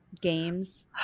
games